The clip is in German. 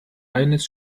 eines